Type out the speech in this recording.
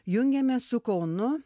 jungiame su kaunu